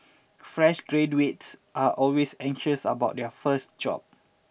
fresh graduates are always anxious about their first job